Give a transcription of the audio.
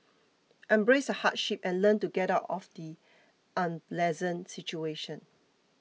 embrace the hardship and learn to get out of the unpleasant situation